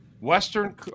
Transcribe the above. Western